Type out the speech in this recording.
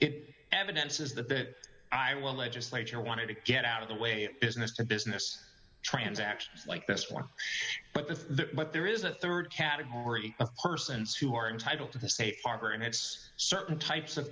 that i will legislature wanted to get out of the way business to business transactions like this one but the but there is a rd category of persons who are entitled to the safe harbor and it's certain types of